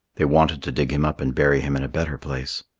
they wanted to dig him up and bury him in a better place.